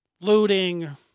looting